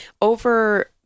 over